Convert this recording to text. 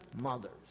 mothers